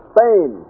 Spain